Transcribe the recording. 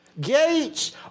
Gates